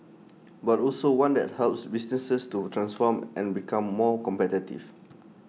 but also one that helps businesses to transform and become more competitive